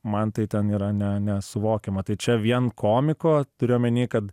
man tai ten yra ne nesuvokiama tai čia vien komiko turiu omeny kad